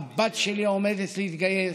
הבת שלי עומדת להתגייס.